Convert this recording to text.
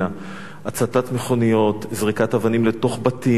הצתת מכוניות, זריקת אבנים לתוך בתים של יהודים.